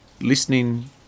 listening